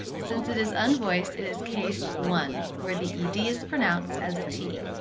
since it is unvoiced, it is case one, where the ed is pronounced as the t.